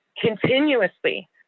continuously